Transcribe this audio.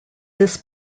this